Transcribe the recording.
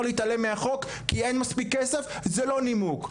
להתעלם מהחוק כי אין מספיק כסף זה לא נימוק.